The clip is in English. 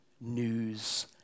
news